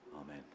Amen